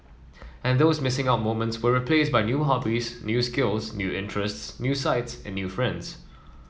and those missing out moments were replaced by new hobbies new skills new interests new sights and new friends